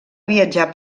viatjar